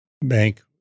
bank